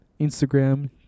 Instagram